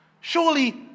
surely